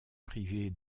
privés